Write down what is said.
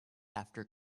after